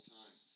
time